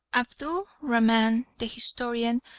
abdu rahman, the historian,